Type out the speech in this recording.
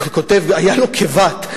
וכותב שהיה לו כבת,